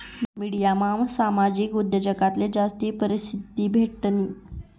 मिडियामा सामाजिक उद्योजकताले जास्ती परशिद्धी भेटनी